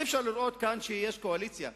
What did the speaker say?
אי-אפשר לראות שיש כאן קואליציה.